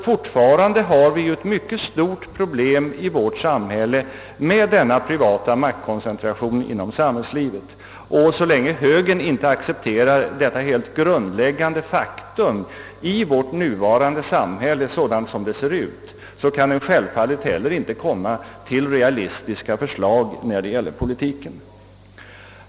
Fortfarande har vi ett stort problem med denna privata maktkoncentration inom samhällslivet. Så länge högern inte accepterar detta helt grundläggande faktum i vårt nuvarande samhälle kan den självfallet inte lägga fram realistiska förslag beträffande politiken.